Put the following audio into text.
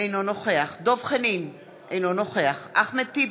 אינו נוכח דב חנין, אינו נוכח אחמד טיבי,